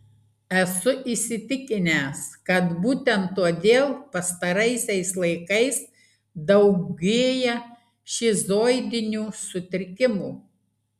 esu įsitikinęs kad būtent todėl pastaraisiais laikais daugėja šizoidinių sutrikimų